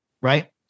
right